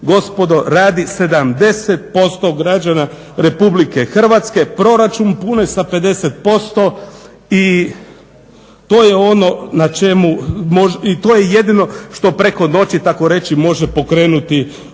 gospodo radi 70% građana RH, proračun pune sa 50% i to je jedino što preko noći tako reći može pokrenuti